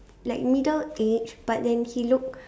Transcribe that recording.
like middle aged but then he looked